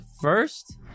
first